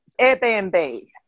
Airbnb